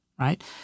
right